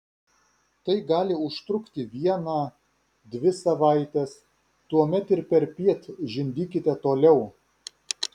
tai gali užtrukti vieną dvi savaites tuomet ir perpiet žindykite toliau